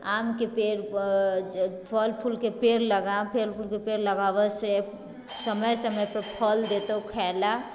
आमके पेड़ फल फूलके पेड़ लगा फल फूलके पेड़ लगाबऽसँ समय समयपर फल देतौ खाइ लअ